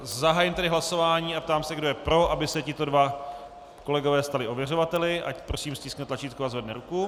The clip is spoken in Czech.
Zahájím tedy hlasování a ptám se, kdo je pro, aby se tito dva kolegové stali ověřovateli, ať stiskne tlačítko a zvedne ruku.